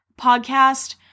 podcast